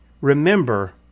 remember